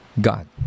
God